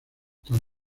tan